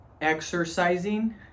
exercising